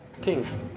kings